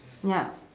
yup